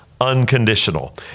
unconditional